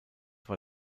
war